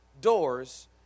doors